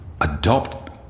Adopt